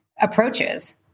approaches